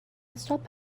stop